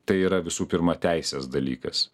tai yra visų pirma teisės dalykas